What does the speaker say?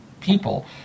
people